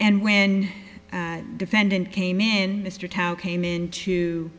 and when defendant came in mr tao came into